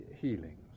healings